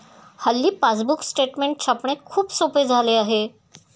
हल्ली passbook statement छापणे खूप सोपे झाले आहे